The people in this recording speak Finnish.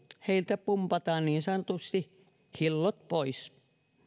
heiltä pumpataan niin sanotusti hillot pois